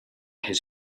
his